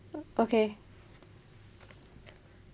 okay